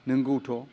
नोंगौथ'